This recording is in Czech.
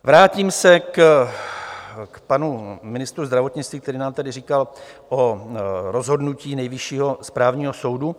Vrátím se k panu ministru zdravotnictví, který nám tady říkal o rozhodnutí Nejvyššího správního soudu.